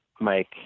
Mike